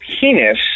penis